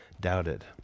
doubted